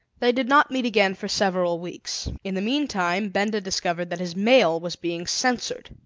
they did not meet again for several weeks. in the meantime benda discovered that his mail was being censored.